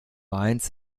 eins